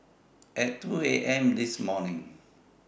At two A M This morning